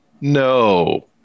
no